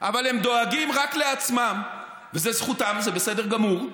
אבל הם דואגים רק לעצמם, וזה זכותם, זה בסדר גמור,